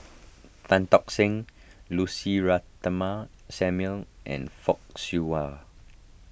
Tan Tock Seng Lucy Ratnammah Samuel and Fock Siew Wah